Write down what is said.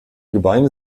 gebeine